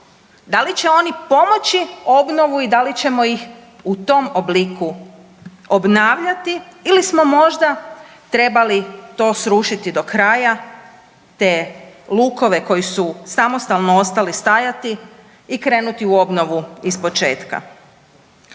Da li će oni pomoći obnovu i da li ćemo ih u tom obliku obavljati ili smo možda trebali to srušiti do kraja, te lukove koji su samostalno ostali stajati i krenuti u obnovu iz početka.